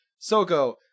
Sogo